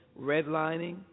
redlining